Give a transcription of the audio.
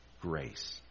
grace